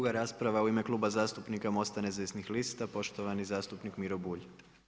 Druga rasprava u ime Kluba zastupnika Mosta nezavisnih lista, poštovani zastupnik Miro Bulj.